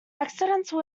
accidental